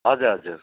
हजुर हजुर